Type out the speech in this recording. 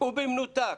ובמנותק